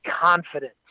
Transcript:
confident